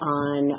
on